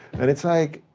and it's like.